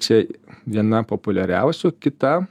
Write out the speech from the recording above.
čia viena populiariausių kita